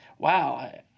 wow